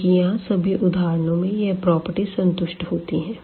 क्योंकि यहाँ सभी उदाहरणों में यह प्रॉपर्टी संतुष्ट होतीं है